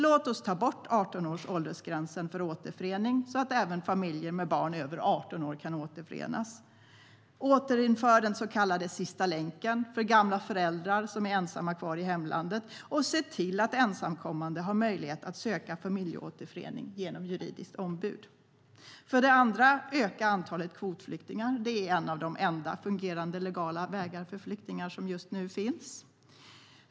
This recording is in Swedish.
Låt oss ta bort åldersgränsen 18 år för återförening så att även familjer med barn över 18 år kan återförenas. Återinför den så kallade sista länken för gamla föräldrar som är ensamma kvar i hemlandet, och se till att ensamkommande har möjlighet att söka familjeåterförening genom juridiskt ombud. För det andra: Öka antalet kvotflyktingar. Det är en av de få fungerande legala vägar för flyktingar som just nu finns.